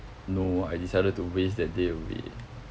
no I decided to waste that day away